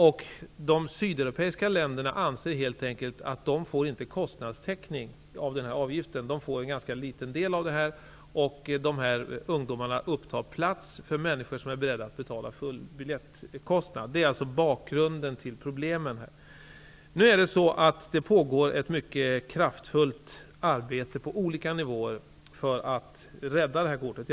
I de sydeuropeiska länderna anser man helt enkelt att man inte får kostnadstäckning genom den här avgiften. Ungdomar som reser med Interrailkort upptar plats för människor som är beredda att betala full biljettkostnad. Detta är alltså bakgrunden till problemen. Det pågår nu ett mycket kraftfullt arbete på olika nivåer för att rädda Interrailkortet.